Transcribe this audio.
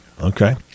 Okay